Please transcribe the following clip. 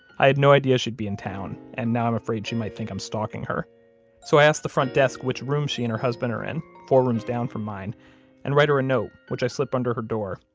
i had no idea she'd be in town, and now i'm afraid she might think i'm stalking her so i asked the front desk which room she and her husband are in four rooms down from mine and write her a note, which i slip under her door,